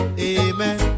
amen